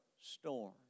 storm